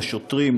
לשוטרים,